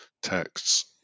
texts